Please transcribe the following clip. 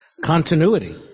Continuity